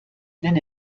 wenn